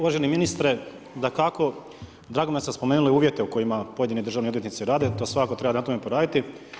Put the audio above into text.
Uvaženi ministre, dakako, drago mi je da ste spomenuli uvjete u kojima pojedini državni odvjetnice, to svakako treba na tome poraditi.